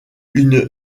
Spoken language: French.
une